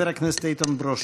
חבר הכנסת איתן ברושי.